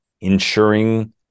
ensuring